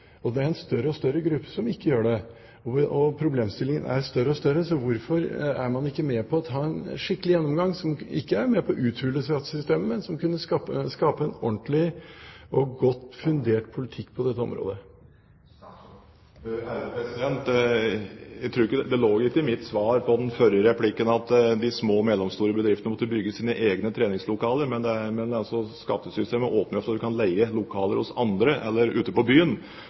det. Det er en større og større gruppe som ikke gjør det, og problemstillingen blir mer og mer aktuell. Så hvorfor er man ikke med på å ta en skikkelig gjennomgang som ikke er med på å uthule skattesystemet, men som kunne skape en ordentlig og godt fundert politikk på dette området? Det lå ikke i mitt svar på den forrige replikken fra Gunnar Gundersen at de små og mellomstore bedriftene måtte bygge sine egne treningslokaler, men skattesystemet åpner jo for at en kan leie lokaler hos andre, eller ute på byen,